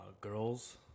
girls